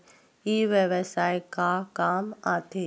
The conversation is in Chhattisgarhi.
ई व्यवसाय का काम आथे?